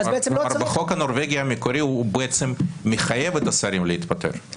אז לא צריך --- החוק הנורבגי המקורי מחייב את השרים להתפטר.